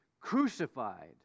Crucified